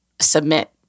submit